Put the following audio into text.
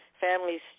families